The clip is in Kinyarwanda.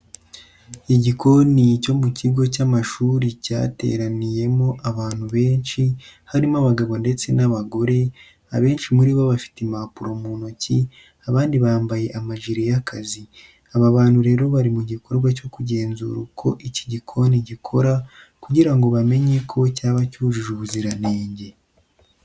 Igikoni cyo mu kigo cy'amashuri cyateraniyemo abantu benshi harimo abagabo ndetse n'abagore, abenshi muri bo bafite impapuro mu ntoki abandi bambaye amajire y'akazi. Aba bantu rero bari mu gikorwa cyo kugenzura uko iki gikoni gikora kugira ngo bamenye ko cyaba cyujuje ubuziranenge.